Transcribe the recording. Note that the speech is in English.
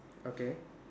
okay